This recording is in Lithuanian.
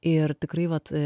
ir tikrai vat